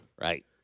right